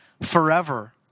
forever